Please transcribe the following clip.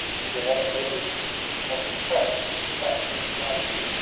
there's a lot of leverage of the cost in the plan. next slide please.